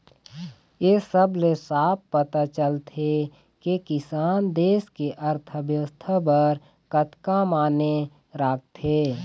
ए सब ले साफ पता चलथे के किसान देस के अर्थबेवस्था बर कतका माने राखथे